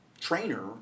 trainer